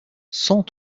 cent